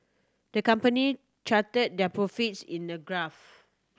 the company charted their profits in a graph